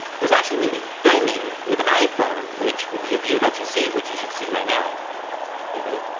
who's actually going to be filming with an iphone, which will be a view that you see, which you should see right now. hey everybody.